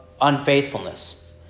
unfaithfulness